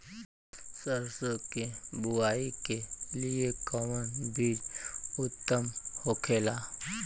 सरसो के बुआई के लिए कवन बिज उत्तम होखेला?